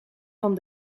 van